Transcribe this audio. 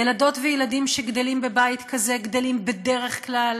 ילדות וילדים שגדלים בבית כזה גדלים בדרך כלל